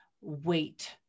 wait